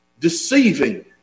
Deceiving